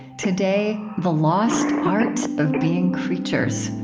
today the lost art of being creatures,